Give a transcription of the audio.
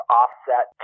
offset